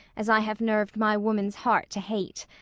as i have nerved my woman's heart to hate.